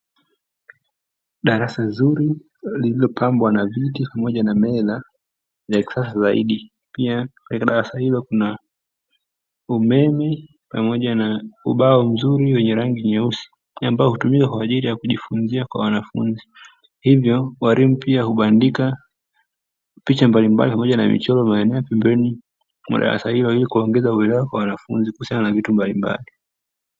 Darasa zuri lililopangwa na viti pamoja na meza vya kisasa; zaidi pia, katika darasa hilo kuna umeme pamoja na ubao mzuri wenye rangi nyeusi ambao hutumika kwa ajili ya kujifunzia kwa wanafunzi. Hivyo, walimu pia hubandika picha mbalimbali pamoja na michoro mbalimbali pembeni mwa darasa hilo ili kuongeza uelewa kwa wanafunzi kuhusiana na vitu mbalimbali.